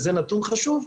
וזה נתון חשוב,